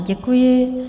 Děkuji.